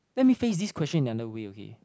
let me face this question in the other way okay